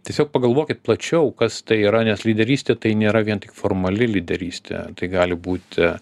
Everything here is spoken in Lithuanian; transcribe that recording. tiesiog pagalvokit plačiau kas tai yra nes lyderystė tai nėra vien tik formali lyderystė tai gali būti